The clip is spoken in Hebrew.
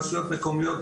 רשויות מקומיות,